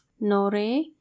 nore